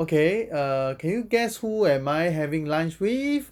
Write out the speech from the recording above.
okay err can you guess who am I having lunch with